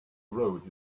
roads